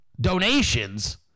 donations